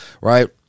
right